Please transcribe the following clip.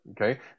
Okay